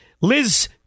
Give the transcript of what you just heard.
Liz